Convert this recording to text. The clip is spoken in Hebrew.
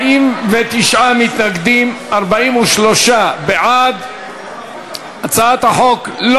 ותדון ועדת השרים שנית בעוד כחודשיים בהצעת החוק,